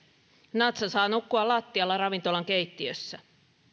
natcha saa nukkua lattialla ravintolan keittiössä